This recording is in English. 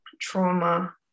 trauma